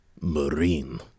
Marine